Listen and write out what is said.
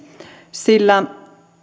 sillä